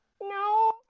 No